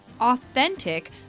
authentic